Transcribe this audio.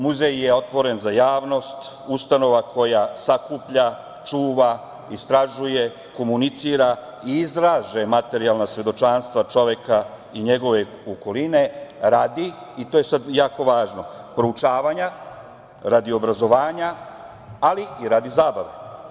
Muzej je otvoren za javnost, ustanova koja sakuplja, čuva, istražuje, komunicira i izlaže materijalna svedočanstva čoveka i njegove okoline, i to je sad jako važno, radi proučavanja, radi obrazovanja, ali i radi zabave.